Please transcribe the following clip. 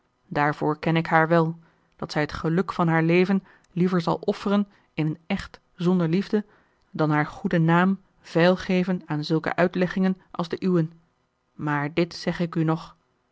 daarvoor ken ik haar wel dat zij het geluk van haar leven liever zal offeren in een echt zonder liefde dan haar goeden naam veil geven aan zulke uitleggingen als de uwen maar dit zegge ik u nog